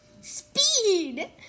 Speed